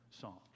song